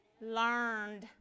learned